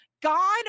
God